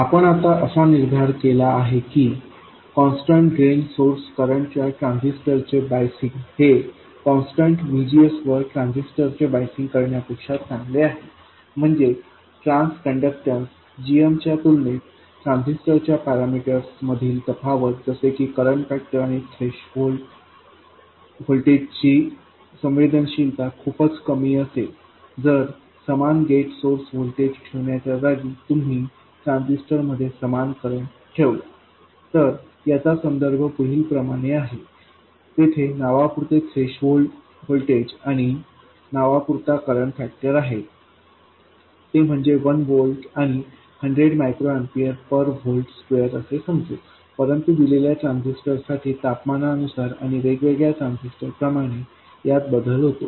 आपण आता असा निर्धार केला आहे की कॉन्स्टंट ड्रेन सोर्स करंट च्या ट्रान्झिस्टर चे बायसिंग हे कॉन्स्टंट VGSवर ट्रान्झिस्टर चे बायसिंग करण्यापेक्षा चांगले आहे म्हणजेच ट्रान्स कण्डक्टॅन्स gmच्या तुलनेत ट्रान्झिस्टर च्या पॅरामीटर्स मधील तफावत जसे की करंट फॅक्टर आणि थ्रेशोल्ड व्होल्टेज ची संवेदनशीलता खूपच कमी असेल जर समान गेट सोर्स व्होल्टेज ठेवण्याच्या जागी तुम्ही ट्रान्झिस्टर मध्ये समान करंट ठेवला तर याचा संदर्भ पुढील प्रमाणे आहे तिथे नावापुरते थ्रेशोल्ड व्होल्टेज आणि नावापुरता करंट फॅक्टर आहे ते म्हणजे 1 व्होल्ट आणि 100 micro ampere per volt square असे समजू परंतु दिलेल्या ट्रान्झिस्टरसाठी तापमानानुसार आणि वेगवेगळ्या ट्रान्झिस्टर प्रमाणे यात बदल होतो